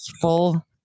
full